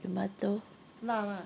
tomato